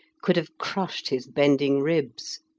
could have crushed his bending ribs.